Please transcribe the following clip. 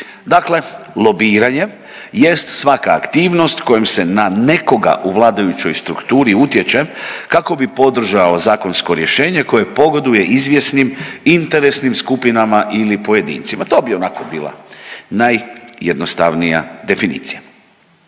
Dakle, lobiranje jest svaka aktivnost kojom se na nekoga u vladajućoj strukturi utječe kako bi podržao zakonsko rješenje koje pogoduje izvjesnim interesnim skupinama ili pojedincima. To bi onako bila najjednostavnija definicija.